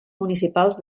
municipals